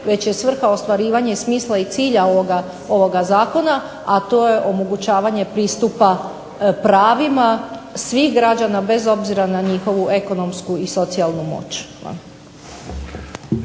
već je svrha ostvarivanja i smisla i cilja ovoga Zakona, a to je omogućavanje pristupa pravima svih građana bez obzira na njihovu ekonomsku i socijalnu moć.